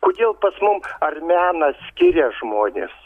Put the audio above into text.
kodėl pas mum ar menas skiria žmones